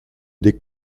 des